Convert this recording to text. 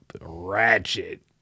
ratchet